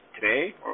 today